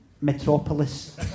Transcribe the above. metropolis